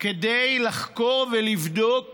כדי לחקור ולבדוק